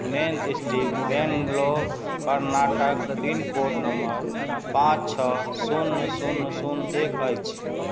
मेन street Bangalore Karnataka pin code number पाँच छओ शून्य शून्य शून्य एक अछि